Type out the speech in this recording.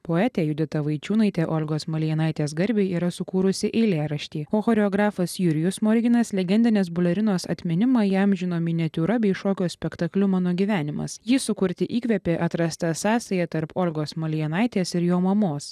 poetė judita vaičiūnaitė olgos malėjinaitės garbei yra sukūrusi eilėraštį o choreografas jurijus smoriginas legendinės balerinos atminimą įamžino miniatiūra bei šokio spektakliu mano gyvenimas jį sukurti įkvėpė atrasta sąsaja tarp olgos malėjinaitės ir jo mamos